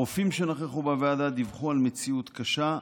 הרופאים שנכחו בוועדה דיווחו על מציאות קשה,